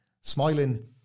smiling